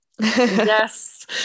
yes